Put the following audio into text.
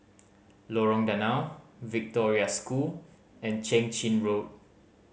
Lorong Danau Victoria School and Keng Chin Road